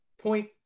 point